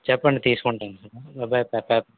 చెప్పండి తీసుకుంటాను